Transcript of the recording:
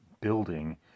building